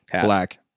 black